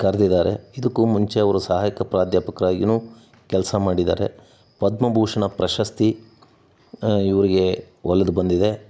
ಕರೆದಿದ್ದಾರೆ ಇದಕ್ಕೂ ಮುಂಚೆ ಅವರು ಸಹಾಯಕ ಪ್ರಾಧ್ಯಾಪಕರಾಗಿಯೂ ಕೆಲಸ ಮಾಡಿದ್ದಾರೆ ಪದ್ಮಭೂಷಣ ಪ್ರಶಸ್ತಿ ಇವರಿಗೆ ಒಲ್ದು ಬಂದಿದೆ